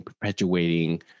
perpetuating